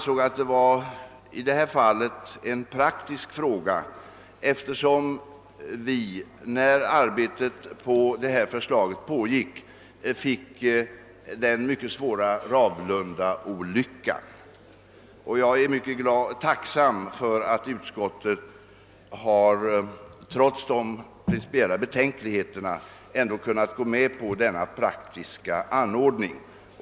Sådana betänkligheter hyste även jag. När arbetet på detta förslag pågick inträffade den mycket svåra Ravlundaolyckan. Jag är mycket tacksam för att utskottet trots dessa betänkligheter ändå har kunnat gå med på denna, som vi tyckte, praktiska anordning.